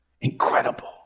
incredible